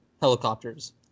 helicopters